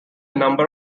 number